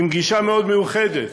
עם גישה מאוד מיוחדת: